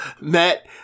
Matt